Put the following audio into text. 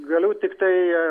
galiu tiktai